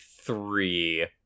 three